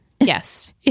Yes